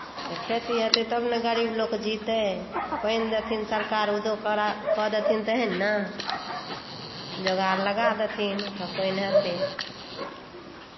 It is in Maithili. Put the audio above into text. तऽ खेती हेतै तब ने गरीब लोग जीतै पानि देथिन सरकार उद्योग करऽ कऽ देथिन तखन ने जोगाड़ लगा देथिन तऽ पानि हेतै